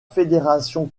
fédération